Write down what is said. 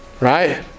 Right